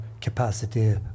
capacity